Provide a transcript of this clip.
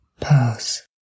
pass